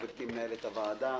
גברתי מנהלת הוועדה,